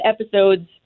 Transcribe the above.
episodes